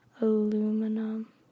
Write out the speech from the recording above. aluminum